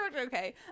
okay